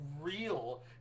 real